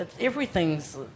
Everything's